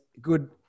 good